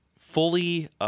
Fully